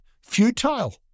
futile